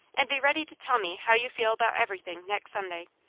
and be ready to tell me how you feel about everything next sunday.